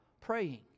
praying